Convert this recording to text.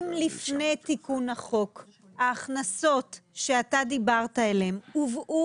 שאם לפני תיקון החוק ההכנסות שאתה דיברת עליהן הובאו